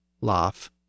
laugh